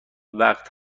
وقت